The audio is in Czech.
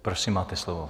Prosím, máte slovo.